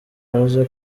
haje